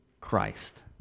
Christ